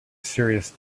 serious